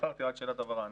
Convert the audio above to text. רק שאלת הבהרה.